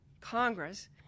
Congress